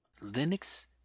linux